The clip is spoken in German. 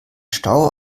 stau